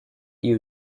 you